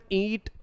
eat